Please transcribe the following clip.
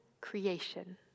creation